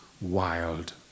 wild